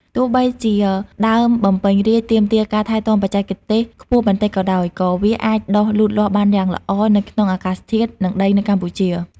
ទោះបីជាដើមបំពេញរាជទាមទារការថែទាំបច្ចេកទេសខ្ពស់បន្តិចក៏ដោយ ក៏វាអាចដុះលូតលាស់បានយ៉ាងល្អនៅក្នុងអាកាសធាតុ និងដីនៅកម្ពុជា។